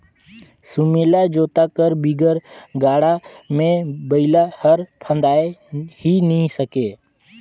सुमेला जोता कर बिगर गाड़ा मे बइला हर फदाए ही नी सके